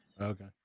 Okay